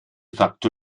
facto